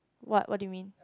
what what do you mean